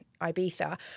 Ibiza